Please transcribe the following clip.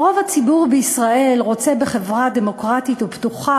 "רוב הציבור בישראל רוצה בחברה דמוקרטית ופתוחה,